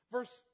Verse